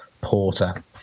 porter